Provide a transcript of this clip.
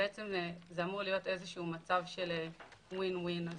זה אמור להיות מצב של win-win.